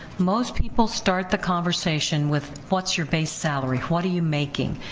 most people start the conversation with what's your base salary, what are you making?